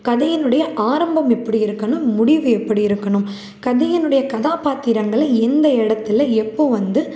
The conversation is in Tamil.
கதையினுடைய ஆரம்பம் எப்படி இருக்கணும் முடிவு எப்படி இருக்கணும் கதையினுடைய கதாபாத்திரங்களை எந்த இடத்துல எப்போ வந்து